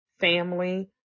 family